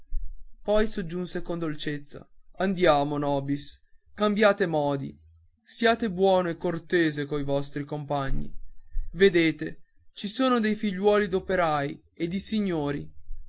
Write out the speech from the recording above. poi soggiunse con dolcezza andiamo nobis cambiate modi siate buono e cortese coi vostri compagni vedete ci sono dei figliuoli d'operai e di signori